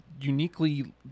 uniquely